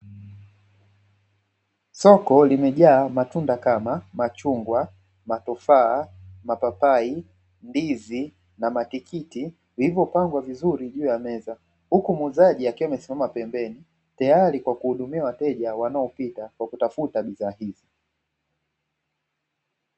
Soko limejaa matunda kama machungwa, matofaa, mapapai, ndizi na matikiti vilivyopangwa vizuri juu ya meza. Huku muuzaji akiwa amesimama pembeni tayari kwa kuhudumiwa wateja wanaopita kwa kutafuta bidhaa hizi.